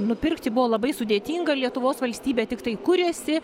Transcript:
nupirkti buvo labai sudėtinga lietuvos valstybė tiktai kurėsi